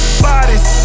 bodies